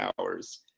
hours